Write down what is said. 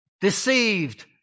deceived